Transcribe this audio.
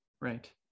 right